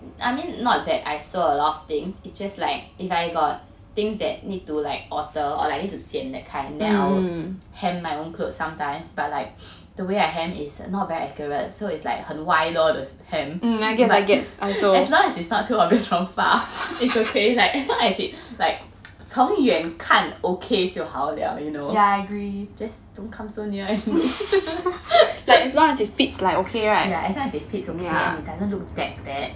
I mean not that I sew a lot of thing it's just like if I got things that need to like alter or like I need to 剪 that kind then I will hem my own clothes sometimes but like the way I hem it's not very accurate so it's like 很歪咯 the hem as long as it's not too obvious from far it's okay like as long as it's 从远看 okay 就好了 you know just don't come so near and as long as it fits okay and it doesn't look that bad